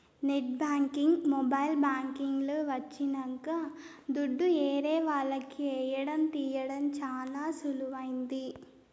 net banking mobile banking లు వచ్చినంక దుడ్డు ఏరే వాళ్లకి ఏయడం తీయడం చానా సులువైంది